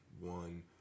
one